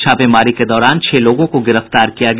छापेमारी के दौरान छह लोगों को गिरफ्तार किया गया